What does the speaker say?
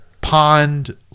pond